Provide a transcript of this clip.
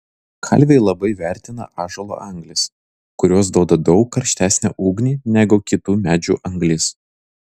kalviai labai vertina ąžuolo anglis kurios duoda daug karštesnę ugnį negu kitų medžių anglys